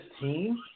team